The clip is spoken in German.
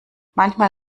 manchmal